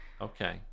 okay